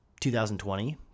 2020